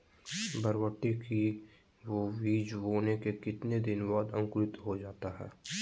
बरबटी के बीज बोने के कितने दिन बाद अंकुरित हो जाता है?